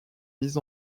mise